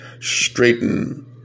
straighten